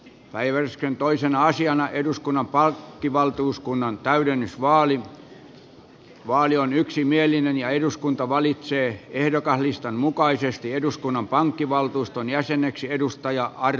päiväys ja toisena asiana eduskunnan totean että vaali on yksimielinen ja että eduskunta valitsee ehdokaslistan mukaisesti eduskunnan pankkivaltuuston jäseneksi arto satosen